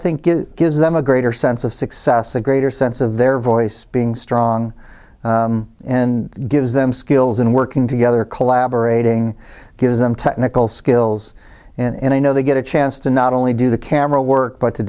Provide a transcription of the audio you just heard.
think it gives them a greater sense of success a greater sense of their voice being strong and gives them skills and working together collaborating gives them technical skills and i know they get a chance to not only do the camera work but to